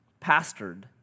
pastored